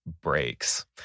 breaks